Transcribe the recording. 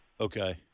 Okay